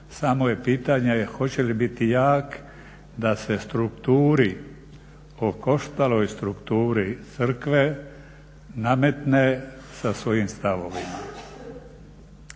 samo je pitanje hoće li biti da se strukturi, okoštaloj strukturi crkve nametne sa svojim stavovima.